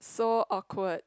so awkward